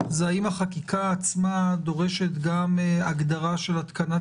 האם החקיקה עצמה דורשת גם הגדרה של התקנת